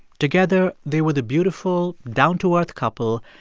together, they were the beautiful down to earth couple,